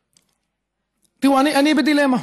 תראו, אני בדילמה.